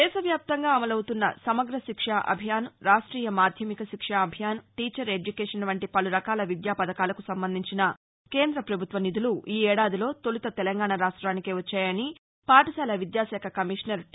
దేశవ్యాప్తంగా అమలవుతున్న Samagra Shiksha Abhiyan Rashtriya Madhyamik Shiksha Abhiyan teacher education వంటి పలురకాల విద్యా పథకాలకు సంబంధించిన కేంద్ర పభుత్వ నిధులు ఈ ఏడాదిలో తౌలుత తెలంగాణ రాష్ట్రానికే వచ్చాయని పాఠశాల విద్యాశాఖ కమిషనర్ టీ